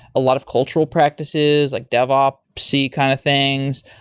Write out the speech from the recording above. a lot of cultural practices, like dev opsy kind of things.